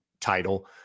title